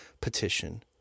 petition